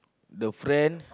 the friend